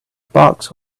bucks